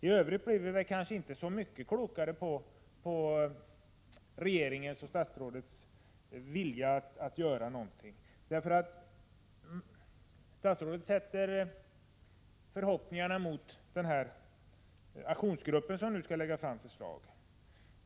I övrigt blir vi väl inte så mycket klokare på regeringens och statsrådets vilja att göra någonting. Statsrådet sätter förhoppningarna till aktionsgruppen, som nu skall lägga fram förslag.